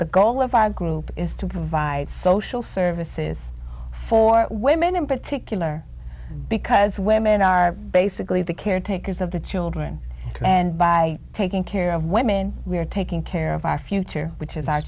the goal of our group is to provide social services for women in particular because women are basically the caretakers of the children and by taking care of women we are taking care of our future which is